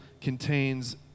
contains